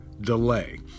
delay